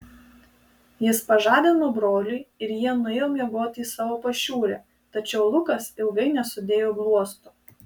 jis pažadino brolį ir jie nuėjo miegoti į savo pašiūrę tačiau lukas ilgai nesudėjo bluosto